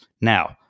Now